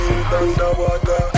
underwater